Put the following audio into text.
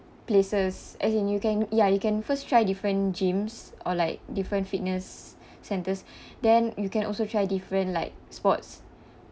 places as in you can ya you can first try different gyms or like different fitness centers then you can also try different like sports